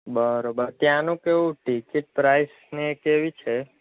બરોબર ત્યાંનું કેવું ટિકિટ પ્રાઇસને કેવી છે